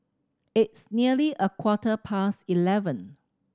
its nearly a quarter past eleven